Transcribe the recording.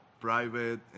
private